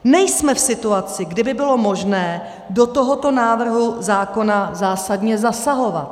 Nejsme v situaci, kdy by bylo možné do tohoto návrhu zákona zásadně zasahovat.